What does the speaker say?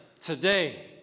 today